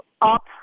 up